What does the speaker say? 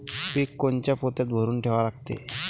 पीक कोनच्या पोत्यात भरून ठेवा लागते?